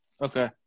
Okay